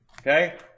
okay